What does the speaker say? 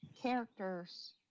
characters